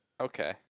Okay